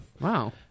Wow